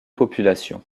populations